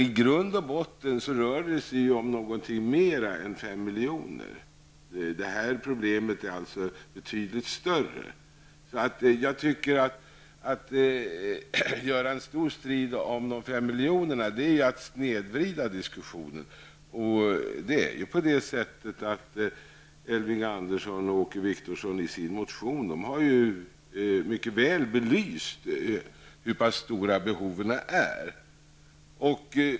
I grund och botten rör det sig om något mer än 5 miljoner. Detta problem är betydligt större. Jag tycker att det är att snedvrida diskussionen om man tar upp en stor strid om de 5 miljonerna. Elving Andersson och Åke Wictorsson har ju i sin motion mycket väl belyst hur stora behoven är.